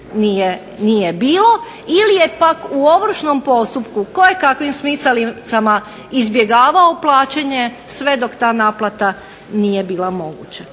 nije bilo ili je pak u ovršnom postupku koje kakvim smicalicama izbjegavao plaćanje sve dok ta naplata nije bila moguća.